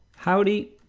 howdy,